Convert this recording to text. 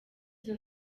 izo